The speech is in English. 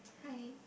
hi